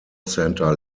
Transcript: center